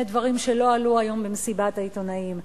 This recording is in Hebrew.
דברים שלא עלו היום במסיבת העיתונים.